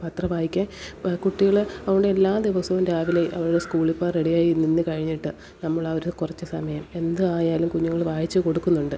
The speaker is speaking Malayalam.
പത്രം വായിക്കാൻ പ്പ കുട്ടികൾ അതോണ്ടെല്ലാ ദിവസവും രാവിലെ അവൾ സ്കൂളി പോവാൻ റെഡിയായി നിന്ന് കഴിഞ്ഞിട്ട് നമ്മളാ ഒരു കുറച്ച് സമയം എന്ത് ആയാലും കുഞ്ഞുങ്ങൾ വായിച്ച് കൊടുക്കുന്നുണ്ട്